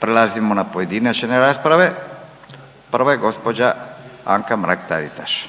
prelazimo na pojedinačne rasprave, prva je gđa. Anka-Mrak Taritaš,